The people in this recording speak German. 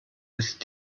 ist